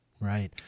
right